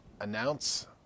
announce